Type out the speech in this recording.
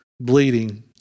bleeding